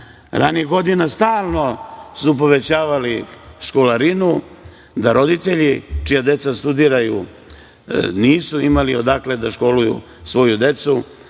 Ranijih godina stalno su povećavali školarinu, da roditelji čija deca studiraju nisu imali odakle da školuju svoju decu,